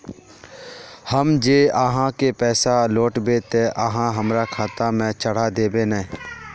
हम जे आहाँ के पैसा लौटैबे ते आहाँ हमरा खाता में चढ़ा देबे नय?